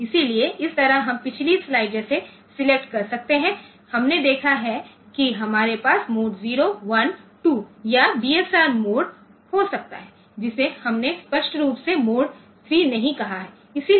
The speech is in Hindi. इसलिए इस तरह हम पिछली स्लाइड जैसे सेलेक्ट कर सकते हैं हमने देखा है कि हमारे पास मोड 0 1 2 या बीएसआर मोड हो सकता है जिसे हमने स्पष्ट रूप से मोड 3 नहीं कहा है